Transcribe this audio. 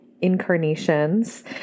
incarnations